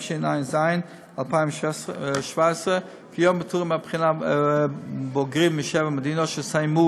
התשע"ז 2017. כיום פטורים מהבחינה בוגרים משבע מדינות שסיימו